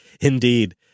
indeed